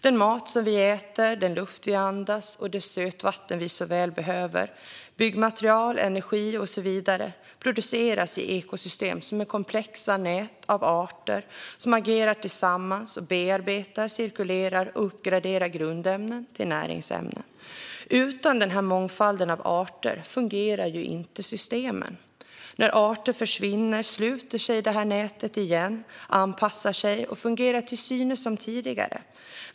Den mat vi äter, den luft vi andas, det sötvatten vi så väl behöver, byggnadsmaterial, energi och så vidare produceras i ekosystem som är komplexa nät av arter som agerar tillsammans och bearbetar, cirkulerar och uppgraderar grundämnen till näringsämnen. Utan denna mångfald av arter fungerar inte systemen. När arter försvinner sluter sig detta nät igen, anpassar sig och fungerar till synes som tidigare.